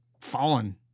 fallen